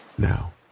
Now